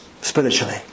spiritually